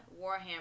Warhammer